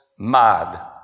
mad